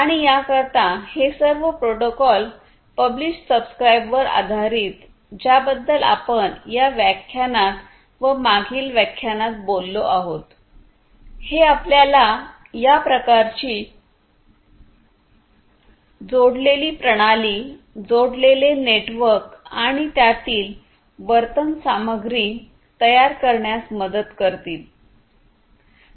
आणि याकरिता हे सर्व प्रोटोकॉल पब्लिष सबस्क्राईब वर आधारित ज्याबद्दल आपण या व्याख्यानात व मागील व्याख्यानात बोललो आहोतहे आपल्याला या प्रकारची जोडलेली प्रणाली जोडलेले नेटवर्क आणि त्यातील वर्तन सामग्री तयार करण्यास मदत करतील